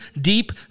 deep